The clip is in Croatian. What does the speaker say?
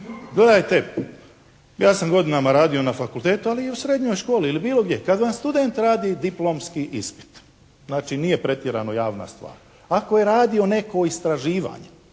Gledajte, ja sam godinama radio na fakultetu ali i u srednjoj školi ili bilo gdje. Kada vam student radi diplomski ispit, znači nije pretjerano javna stvar. Ako je radio neko istraživanje,